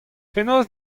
fenoz